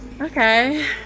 Okay